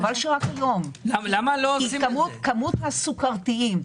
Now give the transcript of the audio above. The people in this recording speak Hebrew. חבל שרק היום כי כמות הסוכרתיים,